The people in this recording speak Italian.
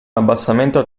abbassamento